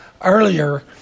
earlier